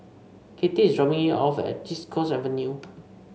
Katie is dropping me off at East Coast Avenue